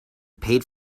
paid